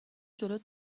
جلوت